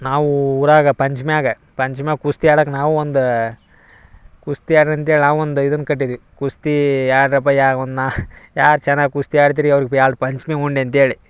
ನಾವು ಊರಾಗ ಪಂಚ್ಮಿಯಾಗ ಪಂಚ್ಮಿಯಾಗ ಕುಸ್ತಿಯಾಡಕ್ಕೆ ನಾವು ಒಂದು ಕುಸ್ತಿ ಆಡ್ರಿ ಅಂತ್ಹೇಳಿ ನಾವು ಒಂದು ಇದನ್ನ ಕಟ್ಟಿದ್ವಿ ಕುಸ್ತಿಯಾಡ್ರಪ್ಪ ಯಾ ಒಂದನ್ನು ಯಾರು ಚೆನ್ನಾಗಿ ಕುಸ್ತಿ ಆಡ್ತೀರಿ ಅವ್ರ್ಗೆ ಎರಡು ಪಂಚ್ಮಿ ಉಂಡು ಅಂತ್ಹೇಳಿ